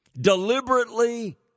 Deliberately